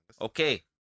Okay